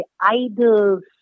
idols